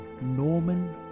Norman